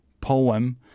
poem